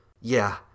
Yeah